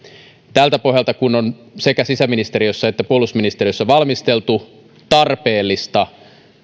tältä pohjalta kun on sekä sisäministeriössä että puolustusministeriössä valmisteltu tarpeellista